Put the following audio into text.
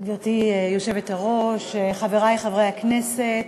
גברתי היושבת-ראש, חברי חברי הכנסת,